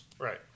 Right